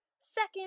Second